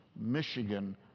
Michigan